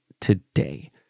today